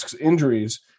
injuries